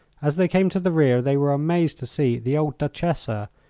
as they came to the rear they were amazed to see the old duchessa,